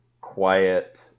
quiet